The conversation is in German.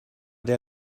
der